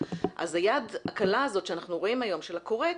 אז היד הקלה הזו שאנחנו רואים היום של הכורת,